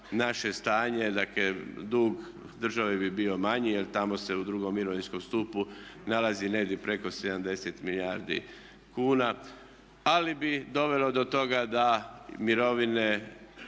naše stanje, dakle dug države bi bio manji jer tamo se u drugom mirovinskom stupu nalazi negdje preko 70 milijardi kuna, ali bi dovelo do toga da mirovine